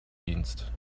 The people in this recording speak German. dienst